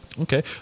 Okay